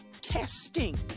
testing